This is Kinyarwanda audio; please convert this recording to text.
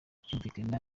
ryumvikana